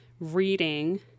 reading